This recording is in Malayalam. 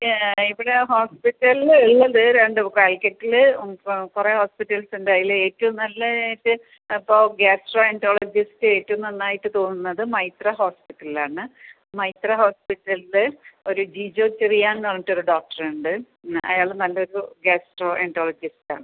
ആ ഇവിടെ ഹോസ്പിറ്റലിൽ ഉള്ളത് രണ്ട് പ്രൈവറ്റിൽ കുറെ ഹോസ്പിറ്റൽസ് ഉണ്ട് അതിൽ ഏറ്റവും നല്ലതായിട്ട് അപ്പം ഗ്യാസ്ട്രോഎൻട്രോളജിസ്റ്റ് ഏറ്റവും നന്നായിട്ട് തോന്നുന്നത് മൈത്ര ഹോസ്പിറ്റലിൽ ആണ് മൈത്ര ഹോസ്പിറ്റലിൽ ഒര് ജിജോ ചെറിയാൻന്ന് പറഞ്ഞിറ്റൊരു ഡോക്ടർ ഉണ്ട് അയാൾ നല്ലൊരു ഗ്യാസ്ട്രോഎൻട്രോളജിസ്റ്റ് ആണ്